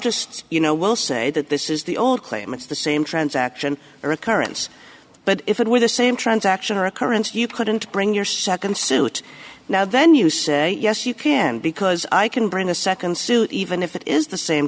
say you know we'll say that this is the old claim it's the same transaction or occurrence but if it were the same transaction or occurrence you couldn't bring your nd suit now then you say yes you can because i can bring the nd suit even if it is the same